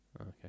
Okay